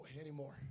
anymore